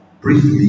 briefly